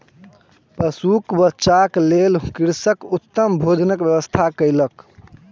पशुक बच्चाक लेल कृषक उत्तम भोजनक व्यवस्था कयलक